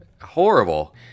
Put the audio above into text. Horrible